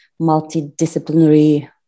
multidisciplinary